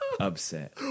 upset